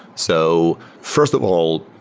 so first of all,